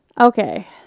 Okay